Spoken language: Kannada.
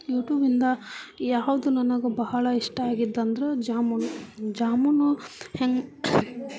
ಯೂಟೂಬಿಂದ ಯಾವುದು ನನಗೆ ಬಹಳ ಇಷ್ಟ ಆಗಿದ್ದೆಂದ್ರೆ ಜಾಮೂನು ಜಾಮೂನು ಹೆಂಗೆ